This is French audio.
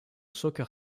soccer